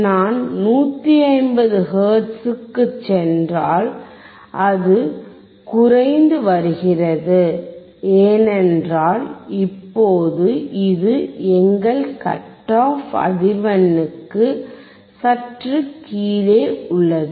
நான் 159 ஹெர்ட்ஸுக்குச் சென்றால் அது குறைந்து வருகிறது ஏனென்றால் இப்போது இது எங்கள் கட் ஆப் அதிவெண்ணுக்கு சற்று கீழே உள்ளது